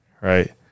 right